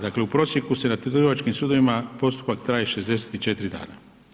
Dakle, u prosjeku se na trgovačkim sudovima postupak traje 64 dana.